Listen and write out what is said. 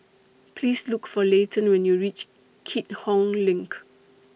Please Look For Layton when YOU REACH Keat Hong LINK